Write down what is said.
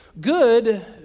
Good